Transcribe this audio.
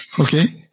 Okay